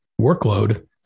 workload